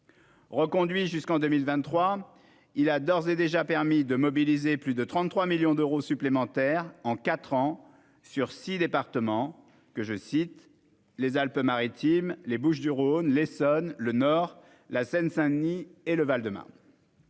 Reconduit jusqu'en 2023, ce dispositif a d'ores et déjà permis de mobiliser plus de 33 millions d'euros supplémentaires en quatre ans sur ces six départements : les Alpes-Maritimes, les Bouches-du-Rhône, l'Essonne, le Nord, la Seine-Saint-Denis et le Val-de-Marne.